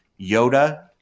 Yoda